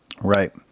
Right